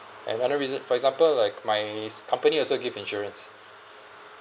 another reason for example like my s~ company also give insurance